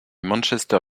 manchester